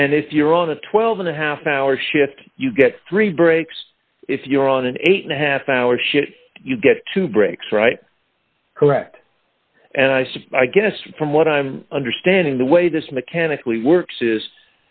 and if you're on a twelve and a half hour shift you get three breaks if you're on an eight and a half hour shift you get two breaks right correct and i suppose i guess from what i'm understanding the way this mechanically works is